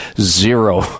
zero